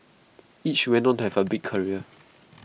each went on to have A big career